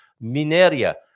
Mineria